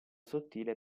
sottile